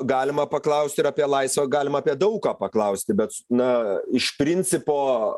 galima paklaust ir apie laisvę galima apie daug ką paklausti bet na iš principo